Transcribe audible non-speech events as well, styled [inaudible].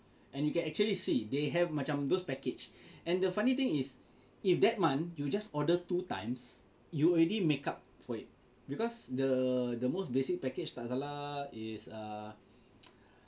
and you can actually see they have macam those package and the funny thing is if that month you just order two times you already make up for it because the the most basic package tak salah is err [noise]